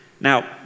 Now